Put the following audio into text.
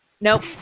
nope